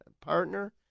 partner